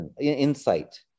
insight